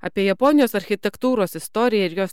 apie japonijos architektūros istoriją ir jos